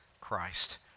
Christ